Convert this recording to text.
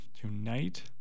tonight